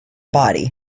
body